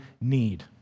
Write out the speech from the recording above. need